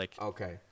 Okay